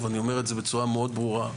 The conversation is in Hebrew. אני אומר את זה בצורה ברורה מאוד.